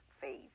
faith